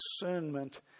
discernment